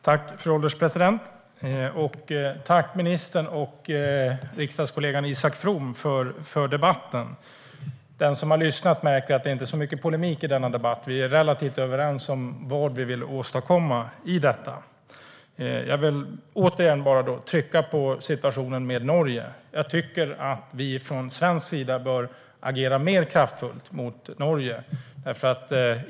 Fru ålderspresident! Tack, ministern och riksdagskollegan Isak From, för debatten! Den som har lyssnat märker att det inte är så mycket polemik i denna debatt. Vi är relativt överens om vad vi vill åstadkomma i detta. Jag vill bara återigen trycka på situationen med Norge. Jag tycker att vi från svensk sida bör agera mer kraftfullt mot Norge.